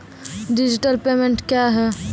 Digital payment क्या हैं?